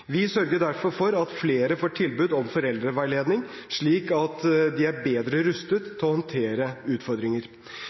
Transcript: Vi sørger derfor for at flere får tilbud om foreldreveiledning, slik at de er bedre rustet til å håndtere utfordringer.